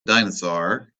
dinosaur